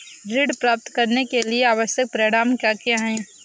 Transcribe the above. ऋण प्राप्त करने के लिए आवश्यक प्रमाण क्या क्या हैं?